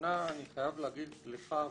אני חייב להגיד לך ולכם,